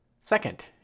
Second